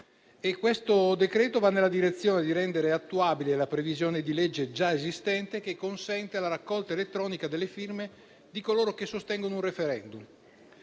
Questo decreto-legge va nella direzione di rendere attuabile la previsione di legge già esistente, che consente la raccolta elettronica delle firme di coloro che sostengono un *referendum*.